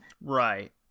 Right